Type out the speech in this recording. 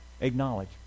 Acknowledge